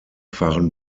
fahren